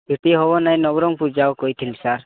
ଏଠି ହେବ ନାହିଁ ନବରଙ୍ଗପୁର ଯାଅ ବୋଲି କହିଥିଲେ ସାର୍